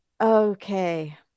okay